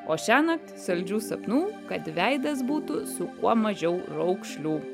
o šiąnakt saldžių sapnų kad veidas būtų su kuo mažiau raukšlių